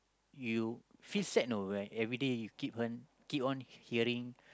you feel sad know right everyday you keep on keep on hearing